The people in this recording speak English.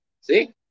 See